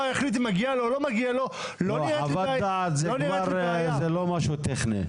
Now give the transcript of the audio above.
יחליט אם מגיע או לא מגיע -- חוות דעת זה לא משהו טכני.